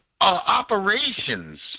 Operations